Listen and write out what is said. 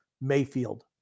Mayfield